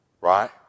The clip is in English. Right